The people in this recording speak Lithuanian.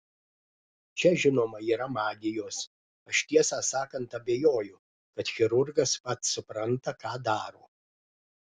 čia žinoma yra magijos aš tiesą sakant abejoju kad chirurgas pats supranta ką daro